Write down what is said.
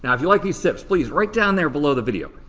and if you liked these tips, please, right down there below the video,